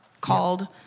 called